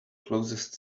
closest